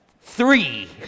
Three